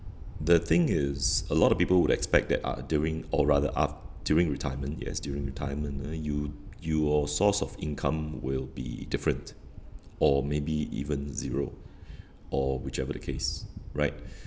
the thing is a lot of people would expect that uh during or rather af~ during retirement yes during retirement you your source of income will be different or maybe even zero or whichever the case right